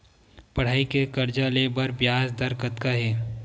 पढ़ई के कर्जा ले बर ब्याज दर कतका हे?